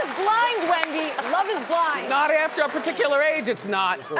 blind wendy, love is blind. not after a particular age it's not.